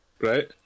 Right